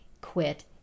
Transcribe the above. quit